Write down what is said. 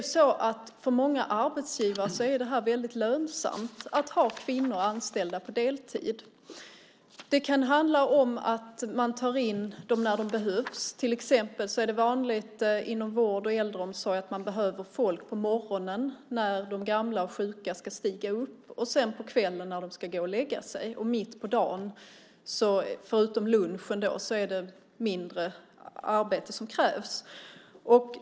För många arbetsgivare är det väldigt lönsamt att ha kvinnor anställda på deltid. Det kan handla om att man tar in dem när de behövs. Det är till exempel vanligt inom vård och äldreomsorg att man behöver folk på morgonen när de gamla och sjuka ska stiga upp och på kvällen när de ska gå och lägga sig. Mitt på dagen krävs det mindre arbete, förutom under lunchen.